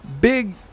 Big